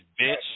bitch